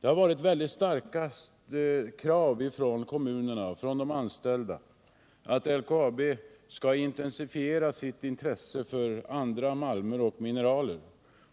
Det har förts fram väldigt starka krav från kommunerna och från de anställda om att LKAB skall intensifiera sitt intresse för andra malmer och mineral.